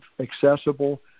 accessible